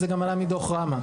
כי זה גם עלה מדוח רמה.